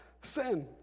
Sin